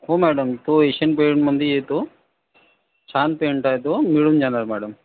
हो मॅडम तो एशियन पेंटमध्ये येतो छान पेंट आहे तो मिळून जाणार मॅडम